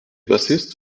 bassist